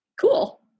cool